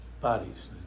bodies